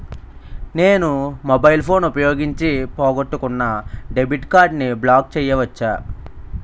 నేను mobile phone ఉపయోగించి పోగొట్టుకున్న డెబిట్ కార్డ్ని బ్లాక్ చేయవచ్చా?